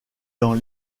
dans